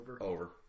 Over